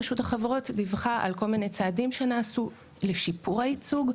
רשות החברות דיווח העל כל מיני צעדים שנעשו לשיפור הייצוג,